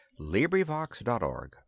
LibriVox.org